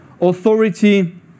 Authority